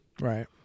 Right